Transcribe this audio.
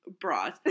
bras